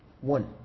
One